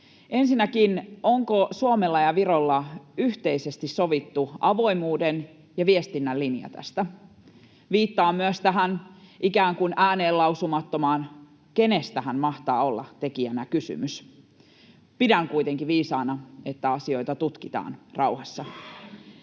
Ensinnäkin, onko Suomella ja Virolla yhteisesti sovittu avoimuuden ja viestinnän linja tästä. Viittaan myös tähän ikään kuin ääneen lausumattomaan ”kenestähän mahtaa olla tekijänä kysymys”, eli siis että puhummeko asioista